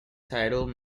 title